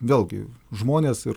vėlgi žmonės ir